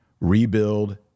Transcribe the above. Rebuild